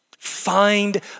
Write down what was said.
Find